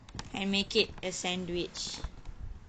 and make it a sandwich